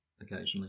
occasionally